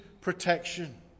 protection